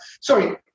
sorry